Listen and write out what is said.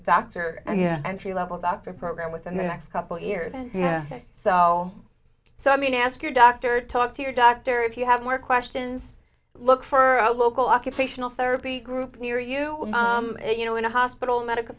dr entry level doctor program within the next couple years and so so i mean ask your doctor talk to your doctor if you have more questions look for a local occupational therapy group near you you know in a hospital medical